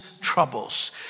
troubles